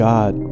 God